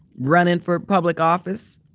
running for public office.